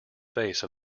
face